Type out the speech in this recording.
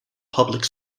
public